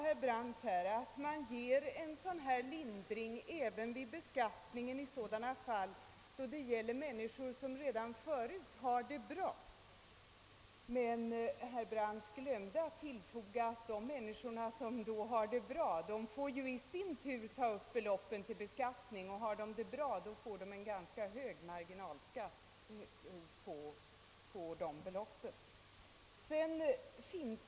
Herr Brandt sade vidare att den lindringen i beskattningen skulle tillkomma människor som redan förut har det bra. Men herr Brandt glömde att tillägga, att mottagaren av det periodiska understödet i sin tur skall ta upp beloppet till beskattning, och har han det bra, blir marginalskatten på beloppet ganska Ög.